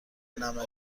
نمکـ